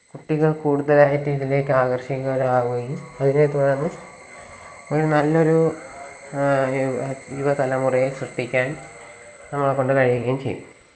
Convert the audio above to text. കുട്ടികൾ കൂടുതലായിട്ടിതിലേക്ക് ആകർഷിതരാകുകയും അതിനേത്തുടർന്ന് ഒരു നല്ലൊരു യുവ യുവതലമുറയെ സൃഷ്ടിക്കാൻ നമ്മളെക്കൊണ്ട് കഴിയുകയും ചെയ്യും